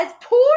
Poor